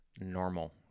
normal